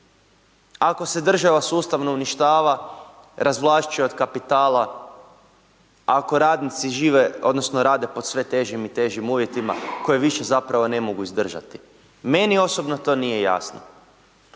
ako se država sustavno uništava, razvlašćuje od kapitala, ako radnici žive odnosno rade pod sve težim i težim uvjetima koje više zapravo ne mogu izdržati. Meni osobno to nije jasno,